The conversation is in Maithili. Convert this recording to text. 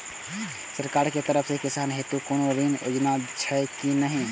सरकार के तरफ से किसान हेतू कोना ऋण योजना छै कि नहिं?